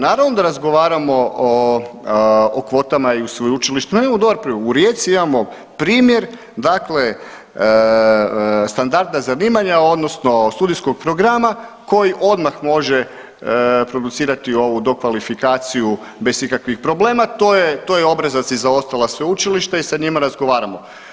Naravno da razgovaramo o kvotama i u sveučilišnoj, .../nerazumljivo/... u Rijeci imamo primjer dakle standarda zanimanja odnosno studijskog programa koji odmah može producirati ovu dokvalifikaciju bez ikakvih problema, to je, to je obrazac i za ostala sveučilišta i sa njima razgovaramo.